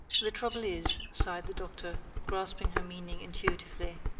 the trouble is, sighed the doctor, grasping her meaning intuitively,